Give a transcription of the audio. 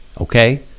Okay